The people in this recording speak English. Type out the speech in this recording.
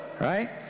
Right